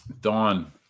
Dawn